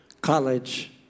college